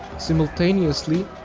simultaneously,